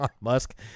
Musk